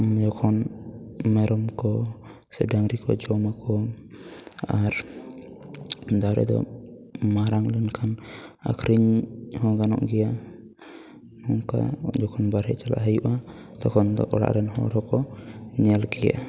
ᱡᱚᱠᱷᱚᱱ ᱢᱮᱨᱚᱢ ᱠᱚ ᱥᱮ ᱰᱟᱝᱨᱤ ᱠᱚ ᱡᱚᱢ ᱟᱠᱚ ᱟᱨ ᱫᱟᱨᱮ ᱫᱚ ᱢᱟᱨᱟᱝ ᱞᱮᱱᱠᱷᱟᱱ ᱟᱠᱷᱟᱨᱤᱧ ᱦᱚᱸ ᱜᱟᱱᱚᱜ ᱜᱮᱭᱟ ᱚᱱᱠᱟ ᱡᱚᱠᱷᱚᱱ ᱵᱟᱨᱦᱮ ᱪᱟᱞᱟᱜ ᱦᱩᱭᱩᱜᱼᱟ ᱛᱚᱠᱷᱚᱱ ᱫᱚ ᱚᱲᱟᱜ ᱨᱮᱱ ᱦᱚᱲ ᱦᱚᱠᱚ ᱧᱮᱞ ᱜᱮᱭᱟ